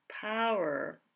power